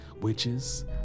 witches